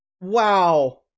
Wow